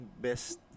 best